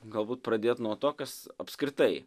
galbūt pradėt nuo to kas apskritai